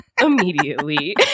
immediately